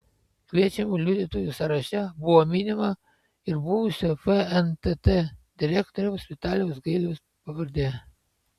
kviečiamų liudytojų sąraše buvo minima ir buvusio fntt direktoriaus vitalijaus gailiaus pavardė